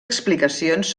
explicacions